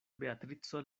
beatrico